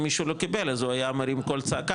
אם מישהו לא קיבל אז הו אהיה מרים קול צעקה